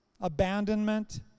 Abandonment